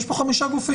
יש פה 5 גופים.